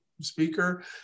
speaker